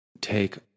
take